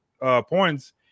points